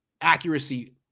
accuracy